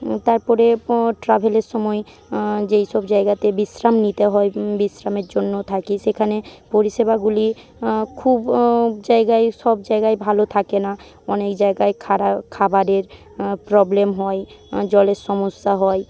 তারপরে ট্র্যাভেলের সময় যেইসব জায়গাতে বিশ্রাম নিতে হয় বিশ্রামের জন্য থাকি সেখানে পরিষেবাগুলি খুব জায়গায় সব জায়গায় ভালো থাকে না অনেক জায়গায় খারাপ খাবারের প্রবলেম হয় জলের সমস্যা হয়